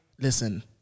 listen